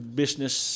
business